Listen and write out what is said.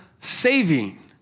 Saving